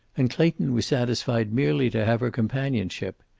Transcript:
and clayton was satisfied merely to have her companionship.